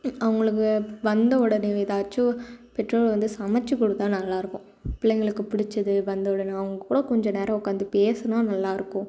அவங்களுக்கு வந்த உடனேவே எதாச்சும் பெற்றோர்கள் வந்து சமைச்சி கொடுத்தா நல்லா இருக்கும் பிள்ளைங்களுக்கு புடிச்சது வந்த உடனே அவங்கள்கூட கொஞ்ச நேரம் உட்காந்து பேசினா நல்லா இருக்கும்